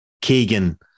Keegan